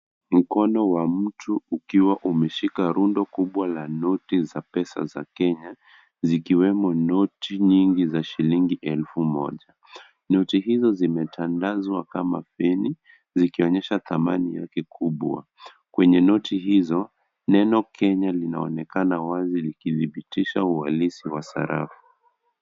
Mkono wa mtu ukiwa umeshika rundo kubwa la noti za pesa za Kenya zikiwemo noti mingi za shillingi elfu moja. Noti hizo zimetandazwa kama feni zikionyesha thamani yake kubwa. Kwenye noti hizo neno Kenya linaonekana wazi likidhibitisha uhalisi wa sarafu.